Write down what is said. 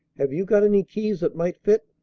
have you got any keys that might fit?